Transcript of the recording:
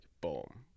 boom